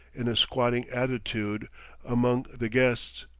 in a squatting attitude among the guests.